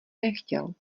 nechtěl